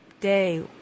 day